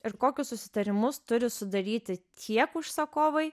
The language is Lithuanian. ir kokius susitarimus turi sudaryti tiek užsakovai